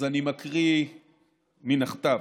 אז אני מקריא מן הכתב.